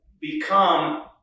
Become